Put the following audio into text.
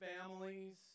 families